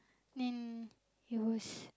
then he was